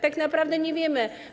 Tak naprawdę nie wiemy.